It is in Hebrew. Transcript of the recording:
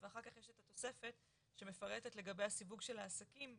ואחר כך יש את התוספת שמפרטת לגבי הסיווג של העסקים,